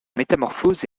métamorphose